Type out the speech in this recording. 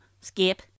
Skip